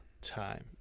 time